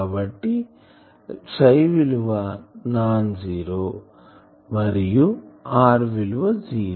కాబట్టి Ψ విలువ non zero మరియు r విలువ జీరో